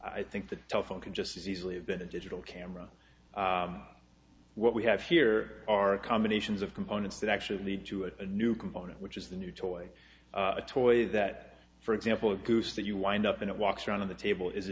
i think the telephone could just as easily have been a digital camera what we have here are combinations of components that actually lead to a new component which is the new toy a toy that for example the goose that you wind up in it walks around the table is a